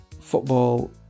football